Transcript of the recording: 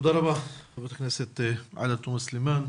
תודה רבה, חברת הכנסת עאידה תומא סלימאן.